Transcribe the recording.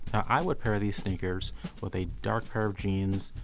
i would pair these sneakers with a dark pair of jeans,